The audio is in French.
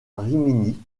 rimini